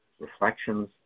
Reflections